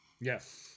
yes